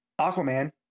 Aquaman